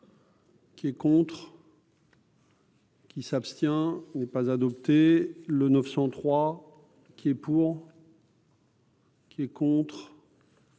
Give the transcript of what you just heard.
Qui est contre. Qui s'abstient n'est pas adopté le 903 qui est pour. Qui est contre.